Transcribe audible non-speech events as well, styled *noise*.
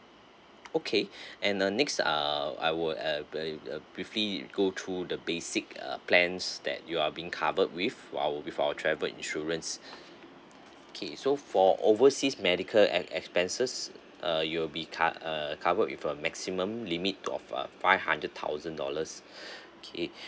okay *breath* and the next uh I would err err err briefly go through the basic uh plans that you are being covered with while with our travel insurance okay so for overseas medical ex~ expenses uh you'll be cov~ uh covered with a maximum limit to of a five hundred thousand dollars *breath* K